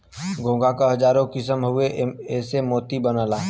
घोंघा क हजारो किसम हउवे एसे मोती बनला